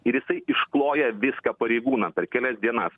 ir jisai iškloja viską pareigūnam per kelias dienas